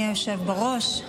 היושב-ראש.